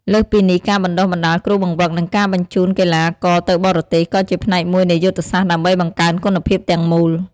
លើសពីនេះ ការបណ្ដុះបណ្ដាលគ្រូបង្វឹក និងការបញ្ជូនកីឡាករទៅបរទេស ក៏ជាផ្នែកមួយនៃយុទ្ធសាស្ត្រដើម្បីបង្កើនគុណភាពទាំងមូល។